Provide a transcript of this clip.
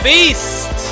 Beast